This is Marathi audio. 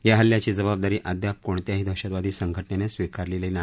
या हल्ल्याची जबाबदारी अद्याप कोणत्याही दहशतवादी संघटनेनं स्वीकारलेली नाही